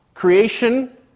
Creation